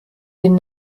den